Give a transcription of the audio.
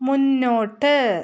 മുന്നോട്ട്